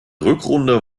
rückrunde